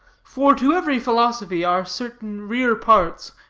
for to every philosophy are certain rear parts,